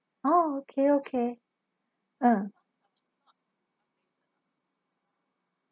oh okay okay uh